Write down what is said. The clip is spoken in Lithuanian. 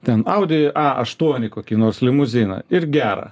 ten audi a aštuoni kokį nors limuziną ir gerą